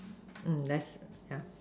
let's yeah